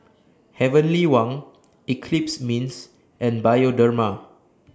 Heavenly Wang Eclipse Mints and Bioderma